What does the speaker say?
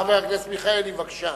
חבר הכנסת מיכאלי, בבקשה.